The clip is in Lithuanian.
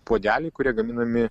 puodeliai kurie gaminami